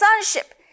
sonship